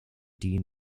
dean